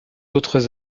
autres